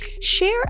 Share